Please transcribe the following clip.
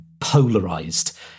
polarized